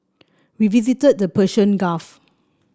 we visited the Persian Gulf